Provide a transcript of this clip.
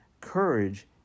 courage